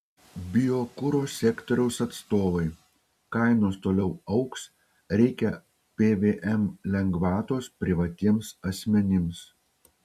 biokuro sektoriaus atstovai kainos toliau augs reikia pvm lengvatos privatiems asmenims